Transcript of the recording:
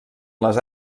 les